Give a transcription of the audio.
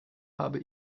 habe